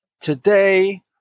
today